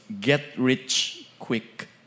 get-rich-quick